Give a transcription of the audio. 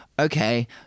okay